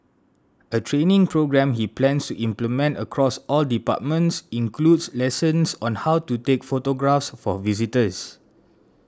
a training programme he plans to implement across all departments includes lessons on how to take photographs for visitors